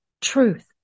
truth